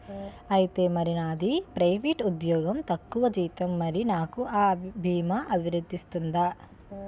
ఐతే మరి నాది ప్రైవేట్ ఉద్యోగం తక్కువ జీతం మరి నాకు అ భీమా వర్తిస్తుందా?